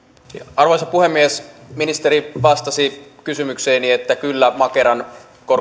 arvoisa puhemies ministeri vastasi kysymykseeni että kyllä makeran